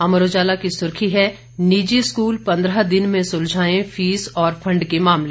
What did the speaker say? अमर उजाला की सुर्खी है निजी स्कूल पंद्रह दिन में सुलझाएं फीस और फंड के मामले